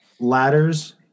ladders